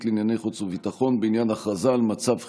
לענייני חוץ וביטחון בעניין הכרזה על מצב חירום.